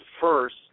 first